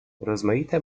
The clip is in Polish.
rozmaite